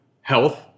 health